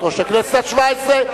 יושבת-ראש הכנסת השבע-עשרה,